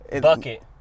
Bucket